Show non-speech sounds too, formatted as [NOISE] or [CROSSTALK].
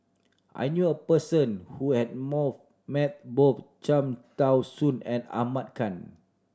I knew a person who has [UNINTELLIGIBLE] met both Cham Tao Soon and Ahmad Khan